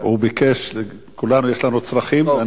הוא ביקש כולנו יש לנו צרכים.